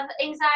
anxiety